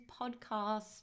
podcast